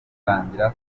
itangira